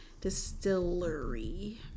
Distillery